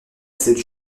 sept